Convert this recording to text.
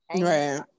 right